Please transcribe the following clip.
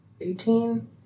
Eighteen